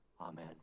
amen